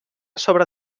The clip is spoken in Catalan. sobre